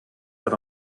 set